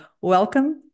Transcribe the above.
welcome